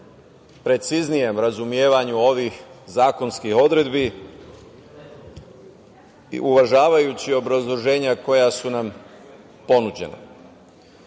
preciznijem razumevanju ovih zakonskih odredbi, uvažavajući obrazloženja koja su nam ponuđena.